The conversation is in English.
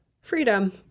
freedom